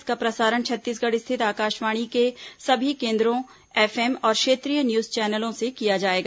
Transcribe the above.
इसका प्रसारण छत्तीसगढ़ स्थित आकाशवाणी के सभी केन्द्रों एफएम और क्षेत्रीय न्यूज चैनलों से किया जाएगा